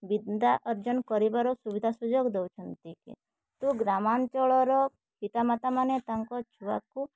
ବିନ୍ଦା ଅର୍ଜନ କରିବାର ସୁବିଧା ସୁଯୋଗ ଦଉଛନ୍ତି କିନ୍ତୁ ଗ୍ରାମାଞ୍ଚଳର ପିତା ମାତାମାନେ ତାଙ୍କ ଛୁଆକୁ